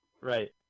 right